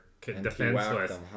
defenseless